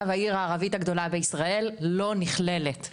העיר הערבית הגדולה בישראל לא נכללת,